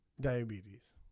diabetes